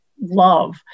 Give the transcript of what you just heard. love